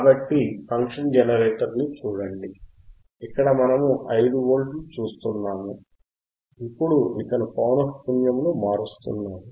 కాబట్టి function generator ని చుడండి ఇక్కడ మనము 5 వోల్టులు చూస్తున్నాము ఇప్పుడు ఇతను పౌనఃపున్యమును మారుస్తున్నాడు